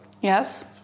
Yes